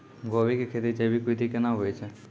गोभी की खेती जैविक विधि केना हुए छ?